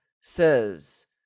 says